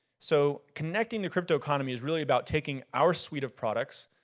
so connecting a cryptoeconomy is really about taking our suite of products,